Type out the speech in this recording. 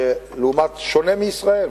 שונה מישראל,